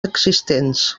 existents